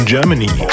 Germany